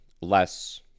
less